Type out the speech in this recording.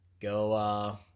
go